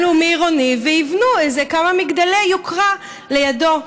לאומי עירוני ויבנו כמה מגדלי יוקרה לידו.